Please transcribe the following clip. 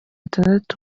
itandatu